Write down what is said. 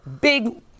big